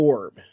Orb